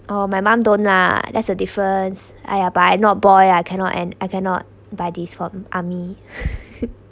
oh my mom don't lah that's a difference !aiya! but I not boy I cannot and I cannot buy these from army